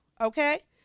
Okay